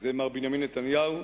הוא מר בנימין נתניהו,